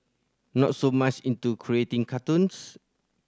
not so much into creating cartoons